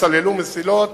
הם סללו מסילות